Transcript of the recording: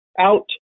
out